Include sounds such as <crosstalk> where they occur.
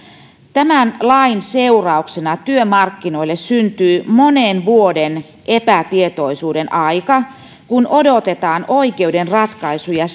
tämän lain seurauksena työmarkkinoille syntyy monen vuoden epätietoisuuden aika kun odotetaan oikeuden ratkaisuja <unintelligible>